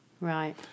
Right